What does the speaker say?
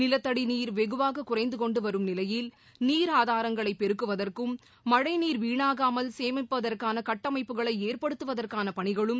நிலத்தடிநீர் வெகுவாககுறைந்தகொண்டுவரும் நிலையில் நீர் ஆதாரங்களைபெருக்குவதற்கும் மழழநீர் வீணாகாமல் சேமிப்பதற்கானகட்டமைப்புகளைஏற்படுத்துவதற்கானபனிகளும்